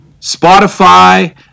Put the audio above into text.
Spotify